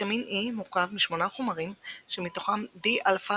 ויטמין E מורכב מ-8 חומרים שמתוכם די אלפא